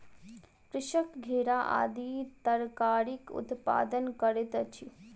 कृषक घेरा आदि तरकारीक उत्पादन करैत अछि